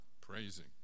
praising